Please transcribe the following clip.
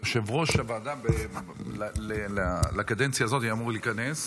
כיושב-ראש הוועדה לקדנציה הזאת אמור להיכנס,